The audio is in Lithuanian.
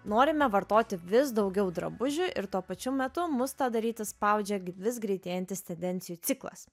norime vartoti vis daugiau drabužių ir tuo pačiu metu mus tą daryti spaudžia vis greitėjantis tendencijų ciklas